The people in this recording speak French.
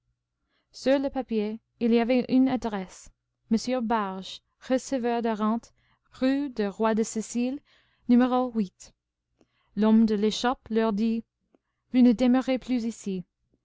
sur le papier il y avait une adresse m barge receveur de rentes rue du roi de sicile no l'homme de l'échoppe leur dit vous ne demeurez plus ici